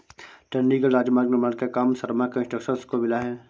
चंडीगढ़ राजमार्ग निर्माण का काम शर्मा कंस्ट्रक्शंस को मिला है